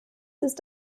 ist